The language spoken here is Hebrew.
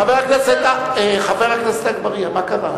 חבר הכנסת אגבאריה, מה קרה?